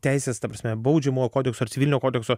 teisės ta prasme baudžiamojo kodekso ar civilinio kodekso